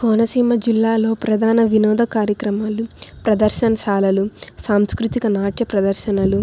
కోనసీమ జిల్లాలో ప్రధాన వినోద కార్యక్రమాలు ప్రదర్శనశాలలు సాంస్కృతిక నాట్య ప్రదర్శనలు